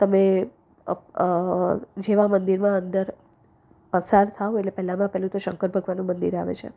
તમે જેવા મંદિરમાં અંદર પસાર થાવ એટલે પહેલામાં પહેલું તો શંકર ભગવાનનું મંદિર આવે છે